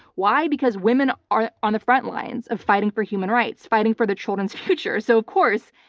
why? because women are on the front lines of fighting for human rights, fighting for the children's future. so of course,